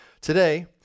Today